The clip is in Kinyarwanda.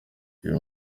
uyu